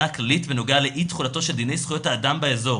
הכללית בנוגע לאי תחולתו של דיני זכויות האדם באזור.